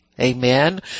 Amen